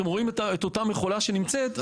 אתם רואים את אותה מכולה שנמצאת,